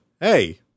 hey